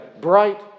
bright